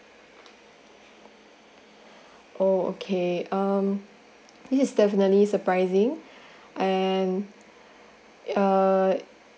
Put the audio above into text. oh okay um this is definitely surprising and uh